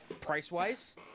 price-wise